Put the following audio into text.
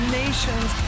nations